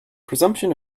presumption